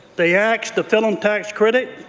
they axed the film tax credit,